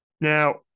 Now